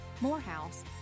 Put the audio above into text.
Morehouse